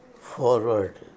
Forward